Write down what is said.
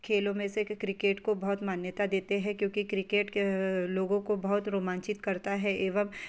खेलो में से क्रिकेट को बहुत मान्यता देते हैं क्योंकि क्रिकेट लोगों को बहुत रोमांचित करता है एवं